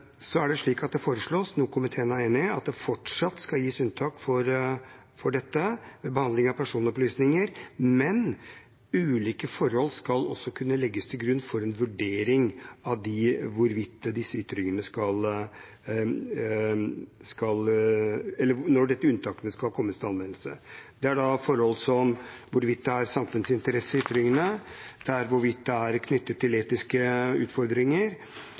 Det foreslås – noe komiteen er enig i – at det fortsatt skal gis unntak for dette ved behandling av personopplysninger, men ulike forhold skal også kunne legges til grunn for en vurdering av når disse unntakene skal komme til anvendelse. Det er da forhold som hvorvidt ytringene er i samfunnets interesse, hvorvidt det er knyttet til etiske utfordringer,